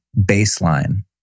baseline